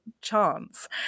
chance